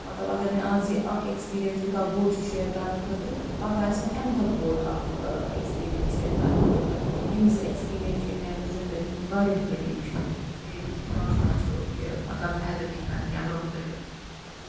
مطلب اَگر مےٚ اَز یہِ اَکھ ایکٕسپیٖرَنَس یوٗتاہ بوٚڈ چھُ شِیر کَرنہٕ خٲطرٕ پگاہ آسہِ مےٚ اَمہِ کھۄتہٕ بوٚڈ اَکھ ایکٕسپیٖرَنَس شِیر کَرنہٕ خٲطرٕ یِم زٕ ایکٕسپیٖرَنَس چھِ یِم میٛانہِ زِنٛدگی ہٕنٛدۍ واریاہ قریٖب چھُ بیٚیہِ یُس مےٚباسان چھُ کہِ مطلب بہٕ ہٮ۪کہٕ کیٚنٛہہ نَتہٕ کیٚنٛہہ برٛونٛہہ کٔرِتھ بَس